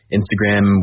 Instagram